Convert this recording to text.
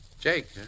Jake